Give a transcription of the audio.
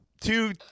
two